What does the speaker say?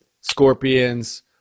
Scorpions